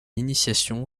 initiation